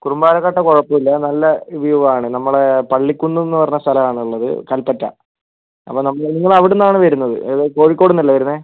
കുറുമ്പാലക്കോട്ട കുഴപ്പമില്ല നല്ല വ്യൂ ആണ് നമ്മളെ പള്ളിക്കുന്നെന്ന് പറഞ്ഞ സ്ഥലമാണ് ഉള്ളത് കൽപ്പറ്റ അപ്പോ നിങ്ങൾ അവിടന്നാണ് വരുന്നത് എവിടെ കോഴിക്കോടിന്നല്ലേ വരുന്നേ